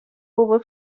over